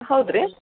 ಹೌದು ರೀ